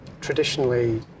Traditionally